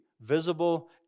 visible